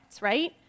right